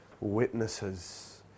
witnesses